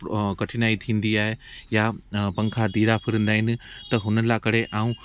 कठिनाई थींदी आहे या पंखा धीरा फिरंदा आहिनि त हुन लाइ करे ऐं